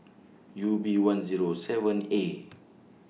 U B one Zero seven A